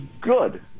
good